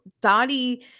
Dottie